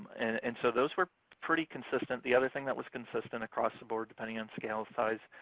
and and so those were pretty consistent. the other thing that was consistent across the board, depending on scale, size,